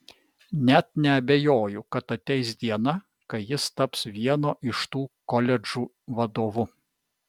net neabejoju kad ateis diena kai jis taps vieno iš tų koledžų vadovu